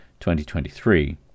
2023